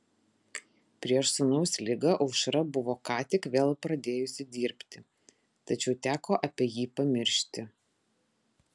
prieš sūnaus ligą aušra buvo ką tik vėl pradėjusi dirbti tačiau teko apie jį pamiršti